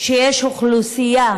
שיש אוכלוסייה